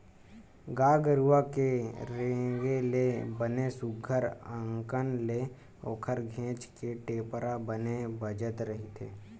गाय गरुवा के रेगे ले बने सुग्घर अंकन ले ओखर घेंच के टेपरा बने बजत रहिथे